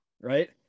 right